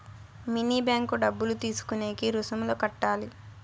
mini bank డబ్బులు తీసుకునేకి రుసుములు కట్టాలి